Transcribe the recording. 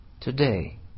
Today